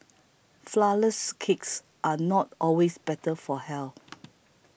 Flourless Cakes are not always better for health